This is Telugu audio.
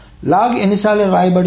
లాగ్ ఎన్నిసార్లు వ్రాయబడుతుంది